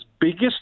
biggest